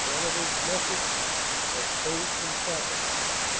canada s message of faith and sacrifice.